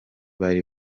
bari